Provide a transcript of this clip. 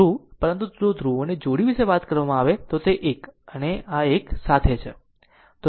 ધ્રુવ પરંતુ જ્યારે ધ્રુવોની જોડી વિશે વાત કરવામાં આવે છે ત્યારે તે 1 અને 1 સાથે છે